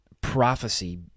prophecy